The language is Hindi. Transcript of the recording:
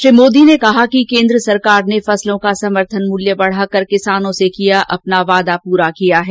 श्री मोदी ने कहा कि कोन्द्र सरकार ने फसलों का समर्थन मूल्य बढ़ाकर किसानों से किया अपना वादा पूरा किया है